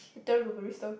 the terrible barista